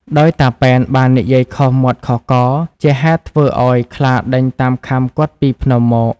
ដោយតាប៉ែន បាននិយាយខុសមាត់ខុសករ ជាហេតុធ្វើឲ្យខ្លាដេញតាមខាំគាត់ពីភ្នំមក ។